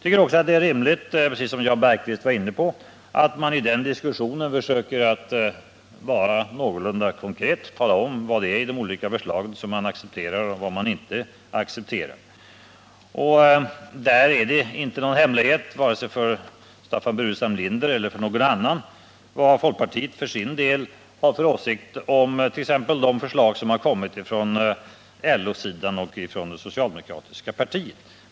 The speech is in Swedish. I likhet med Jan Bergqvist tycker också jag att det är rimligt att man i den diskussionen försöker vara någorlunda konkret och talar om vad det är som man accepterar eller inte accepterar i de olika förslagen. Det är därvidlag inte någon hemlighet för vare sig Staffan Burenstam Linder eller någon annan vad folkpartiet för sin del har för åsikt om t.ex. de förslag som kommit från LO-sidan och från det socialdemokratiska partiet.